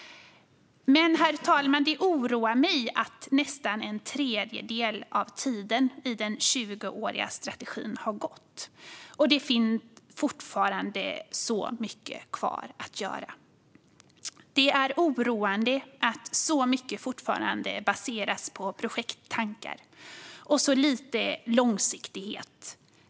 Herr talman! Det oroar mig att nästan en tredjedel av tiden i den 20åriga strategin har gått, och det finns fortfarande så mycket kvar att göra. Det är oroande att så mycket fortfarande baseras på projekttankar och att det finns så lite långsiktighet.